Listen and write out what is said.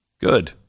Good